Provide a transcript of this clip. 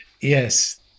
Yes